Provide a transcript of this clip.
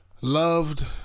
Loved